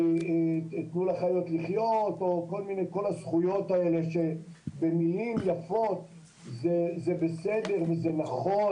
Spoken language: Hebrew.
תנו לחיות לחיות או כל הזכויות האלה שבמילים יפות זה בסדר ונכון,